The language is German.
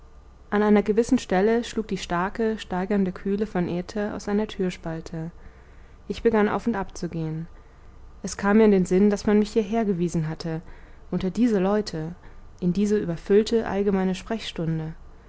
an einer gewissen stelle schlug die starke steigernde kühle von äther aus einer türspalte ich begann auf und ab zu gehen es kam mir in den sinn daß man mich hierher gewiesen hatte unter diese leute in diese überfüllte allgemeine sprechstunde